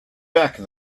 back